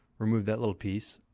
remove that little piece,